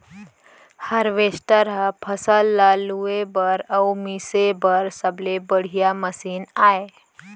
harvester ह फसल ल लूए बर अउ मिसे बर सबले बड़िहा मसीन आय